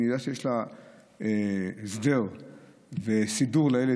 אם היא יודעת שיש לה הסדר וסידור לילד,